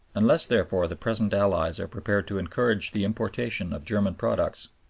unless, therefore, the present allies are prepared to encourage the importation of german products,